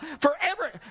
forever